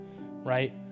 right